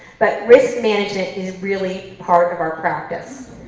but risk management is really part of our practice.